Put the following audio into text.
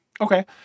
Okay